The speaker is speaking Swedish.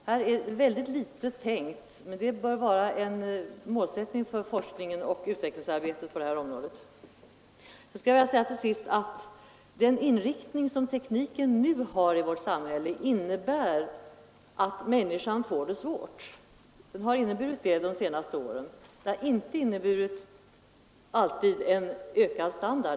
Här är alltför litet tänkt, men det bör vara en målsättning för forskningen och utvecklingsarbetet på detta område. Till sist vill jag säga att den inriktning som tekniken under de senaste åren fått i vårt samhälle innebär att människorna får det svårt. Den har inte alltid ens inneburit en ökad standard.